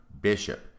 bishop